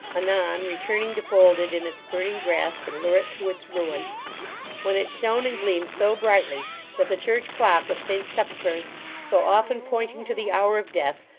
anon returning to fold it in its burning grasp and lure it to its ruin when it shone and gleamed so brightly that the church clock of st sepulchre's so often pointing to the hour of death,